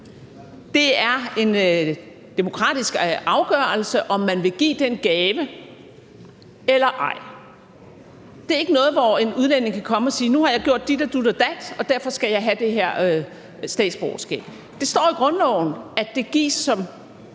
Det er en demokratisk afgørelse, om man vil give den gave eller ej. Det er ikke noget, hvor en udlænding kan komme og sige: Nu har jeg gjort dit og dut og dat, og derfor skal jeg have det her statsborgerskab. Der står i grundloven, at det gives ved